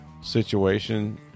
situation